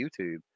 YouTube